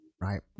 Right